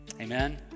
Amen